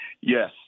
Yes